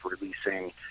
releasing